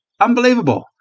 Unbelievable